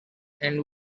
and